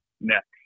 next